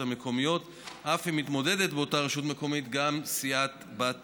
המקומיות אף אם מתמודדת באותה רשות מקומית גם סיעת-בת משלה.